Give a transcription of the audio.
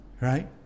right